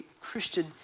Christian